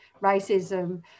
racism